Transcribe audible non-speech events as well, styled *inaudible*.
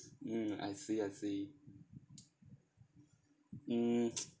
mm I see I see mm *noise*